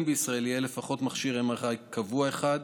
בישראל יהיה לפחות מכשיר MRI קבוע אחד,